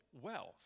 wealth